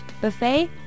buffet